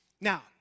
Now